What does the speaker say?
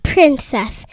Princess